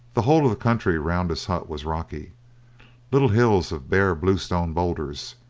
the whole of the country round his hut was rocky little hills of bare bluestone boulders,